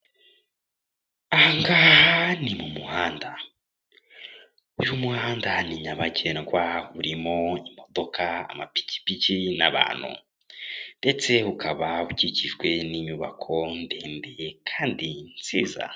Aha ngaha ni mu muhanda. Uyu muhanda ni nyabagendwa urimo imodoka, amapikipiki n'abantu. Ndetse ukaba ukikijwe n'inyubako ndende kandi nziza.